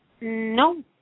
No